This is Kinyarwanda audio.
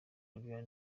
illinois